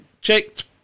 checked